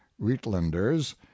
Wheatlanders